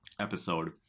episode